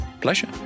Pleasure